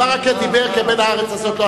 ברכה דיבר כבן הארץ הזאת,